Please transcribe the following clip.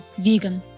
vegan